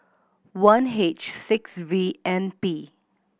one H six V N P